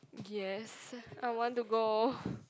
yes I want to go